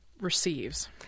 receives